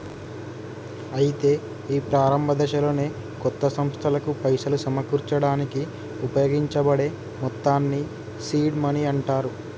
అయితే ఈ ప్రారంభ దశలోనే కొత్త సంస్థలకు పైసలు సమకూర్చడానికి ఉపయోగించబడే మొత్తాన్ని సీడ్ మనీ అంటారు